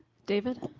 david.